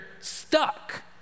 stuck